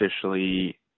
officially